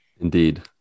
indeed